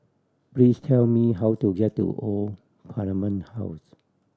please tell me how to get to Old Parliament House